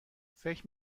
فکر